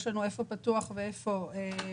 יש לנו איפה פתוח ואיפה בונים.